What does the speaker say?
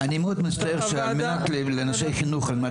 אני מאוד מצטער שעל נושא החינוך על מנת